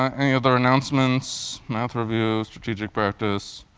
any other announcements? math reviews, strategic practice,